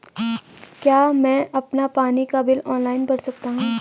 क्या मैं अपना पानी का बिल ऑनलाइन भर सकता हूँ?